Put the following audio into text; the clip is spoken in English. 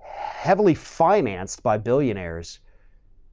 heavily financed by billionaires